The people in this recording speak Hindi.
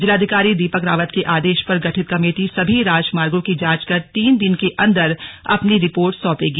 जिलाधिकारी दीपक रावत के आदेश पर गठित कमेटी सभी राजमार्गों की जांच कर तीन दिन के अंदर अपनी रिपोर्ट सौंपेगी